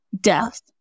death